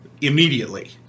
immediately